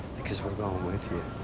because we're going with you.